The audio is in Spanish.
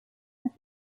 las